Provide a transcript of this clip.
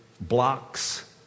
blocks